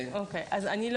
האם יש דבר כזה?